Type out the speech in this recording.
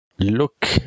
Look